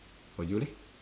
for you leh